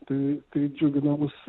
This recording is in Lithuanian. tai tai džiugina mus